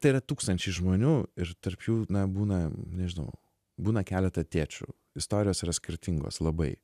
tai yra tūkstančiai žmonių ir tarp jų na būna nežinau būna keleta tėčių istorijos yra skirtingos labai